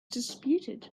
disputed